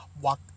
Wak